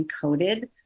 encoded